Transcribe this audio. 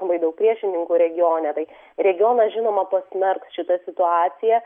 labai daug priešininkų regione tai regionas žinoma pasmerks šitą situaciją